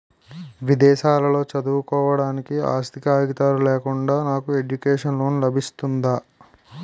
విదేశాలలో చదువుకోవడానికి ఆస్తి కాగితాలు లేకుండా నాకు ఎడ్యుకేషన్ లోన్ లబిస్తుందా?